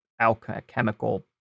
alchemical